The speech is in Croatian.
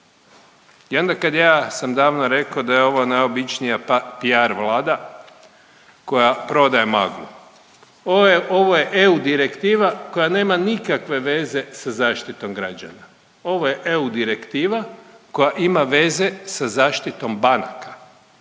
I onda kad ja sam davno rekao da je ovo najobičnija PR Vlada koja prodaje maglu. Ovo je EU direktiva koja nema nikakve veze sa zaštitom građana. Ovo je EU direktiva koja ima veze sa zaštitom banaka.